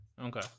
Okay